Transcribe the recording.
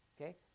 Okay